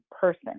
person